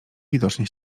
widocznie